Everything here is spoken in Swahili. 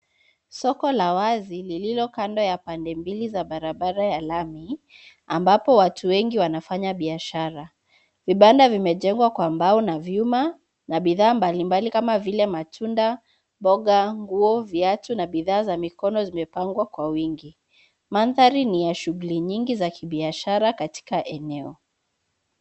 Soko la wazi lililo kando ya pande mbili za barabara ya lami, ambapo watu wengi wanafanya biashara. Vibanda vimejengwa kwa mbao na vyuma na bidha mbalimbali kama vile; matunda, mboga, nguo, viatu na bidhaa za mikono zimepangwa kwa wingi. Mandhari ni ya shughuli nyingi za kibiashara katika eneo.